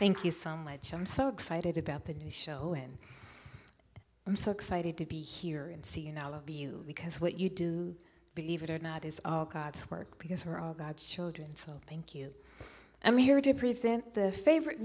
thank you so much i'm so excited about the show and i'm so excited to be here and see you know because what you do believe it or not is work because we're all god's children so thank you i'm here to present the favorite